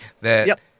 that-